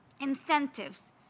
incentives